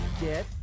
Get